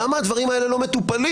למה הדברים האלה לא מטופלים?